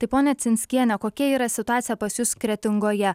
tai ponia cinskiene kokia yra situacija pas jus kretingoje